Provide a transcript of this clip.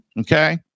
Okay